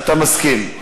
אתה מסכים.